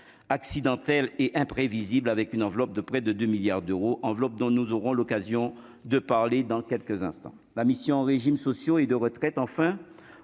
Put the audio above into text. accidentelles et imprévisible, avec une enveloppe de près de 2 milliards d'euros enveloppe dont nous aurons l'occasion de parler dans quelques instants, la mission régimes sociaux et de retraite, enfin,